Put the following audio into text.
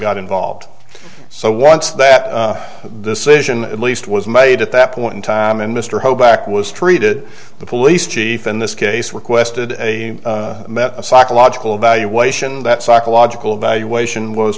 got involved so once that decision at least was made at that point in time and mr hoback was treated the police chief in this case requested a psychological evaluation that psychological evaluation was